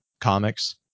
Comics